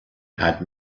had